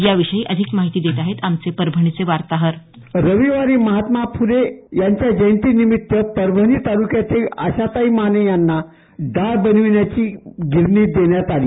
याविषयी अधिक माहिती देत आहेत आमचे परभणीचे वार्ताहर रविवारी महात्मा फूले यांच्या जयंतीनिमित्त परभणी तालुक्यातील आशाताई माने यांना दाळ बनवण्याची गिरणी देण्यात आली